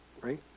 right